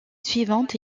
suivante